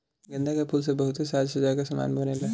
गेंदा के फूल से बहुते साज सज्जा के समान बनेला